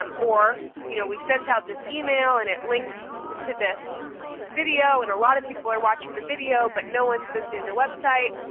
um or you know we sent out this email and it linked to this video. and a lot of people are watching the video, but no one's visiting the website.